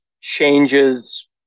changes